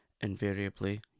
invariably